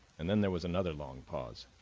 and then there was another long pause.